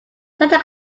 santa